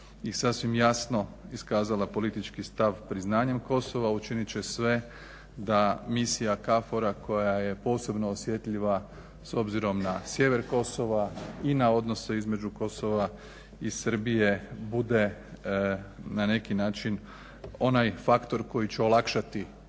i sasvim jasno iskazala politički stav priznanjem Kosova učinit će sve da misija KFOR-a koja je posebno osjetljiva s obzirom na sjever Kosova i na odnose između Kosova i Srbije bude na neki način onaj faktor koji će olakšati